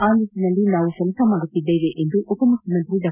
ಆ ನಿಟ್ಟನಲ್ಲಿ ನಾವು ಕೆಲಸ ಮಾಡುತ್ತಿದ್ದೇವೆ ಎಂದು ಉಪಮುಖ್ಯಮಂತ್ರಿ ಡಾ